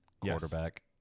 quarterback